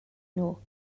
nhw